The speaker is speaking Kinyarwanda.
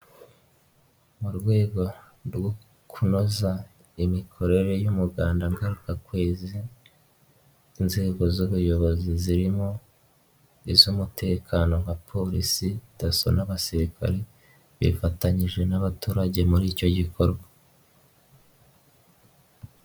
Mu rwego rwo kunoza imikorere y'umuganda ngarukakwezi, inzego z'ubuyobozi zirimo iz'umutekano nka polisi, daso n'abasirikare bifatanyije n'abaturage muri icyo gikorwa.